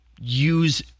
use